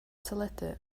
teledu